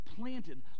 planted